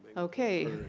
okay.